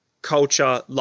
culture